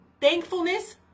thankfulness